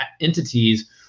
entities